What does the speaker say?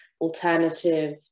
alternative